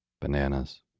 bananas